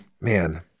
man